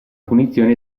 punizione